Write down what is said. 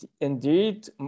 indeed